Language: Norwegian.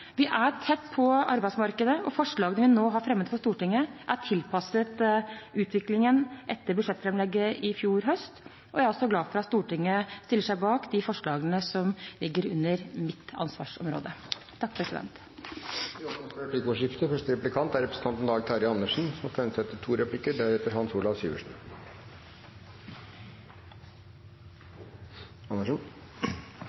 Vi er tett på arbeidsmarkedet, og forslagene vi nå har fremmet for Stortinget, er tilpasset utviklingen etter budsjettframlegget i fjor høst. Jeg er glad for at Stortinget stiller seg bak de forslagene som ligger under mitt ansvarsområde. Det blir replikkordskifte. Det er statsråden som har det overordnede ansvaret for